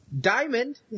Diamond